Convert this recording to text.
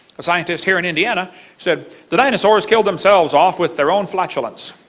a scientist here in indiana said that dinosaurs killed themselves off with their own flatulence.